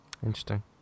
Interesting